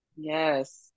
Yes